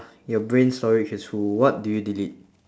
your brain storage is full what do you delete